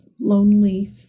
lonely